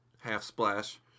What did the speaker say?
half-splash